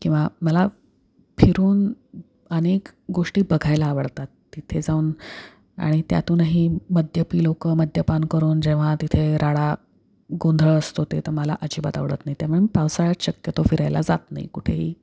किंवा मला फिरून अनेक गोष्टी बघायला आवडतात तिथे जाऊन आणि त्यातूनही मद्यपि लोकं मद्यपान करून जेव्हा तिथे राडा गोंधळ असतो ते तर मला अजिबात आवडत नाही त्यामुळे पावसाळ्यात शक्यतो फिरायला जात नाही कुठेही